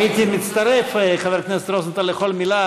הייתי מצטרף, חבר הכנסת רוזנטל, לכל מילה.